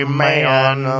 man